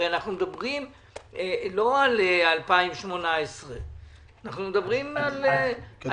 הרי אנחנו לא מדברים על 2018 אלא אנחנו מדברים על 2020,